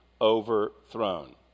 overthrown